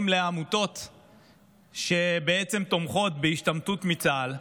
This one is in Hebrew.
לעמותות שבעצם תומכות בהשתמטות מצה"ל,